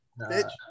bitch